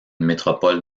métropole